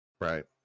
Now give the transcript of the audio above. Right